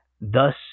thus